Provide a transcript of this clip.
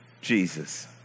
Jesus